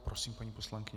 Prosím, paní poslankyně.